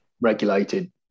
regulated